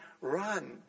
run